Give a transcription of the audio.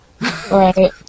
Right